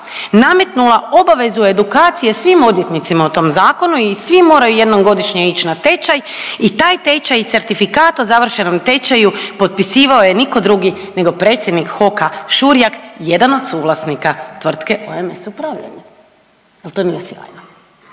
nametnula obavezu edukacije svim odvjetnicima o tom Zakonu i svi moraju jednom godišnje ići na tečaj i taj tečaj i certifikat o završenom tečaju potpisivao je, nitko drugi, nego predsjednik HOK-a Šujak, jedan od suvlasnika tvrtke OMS – Upravljanje.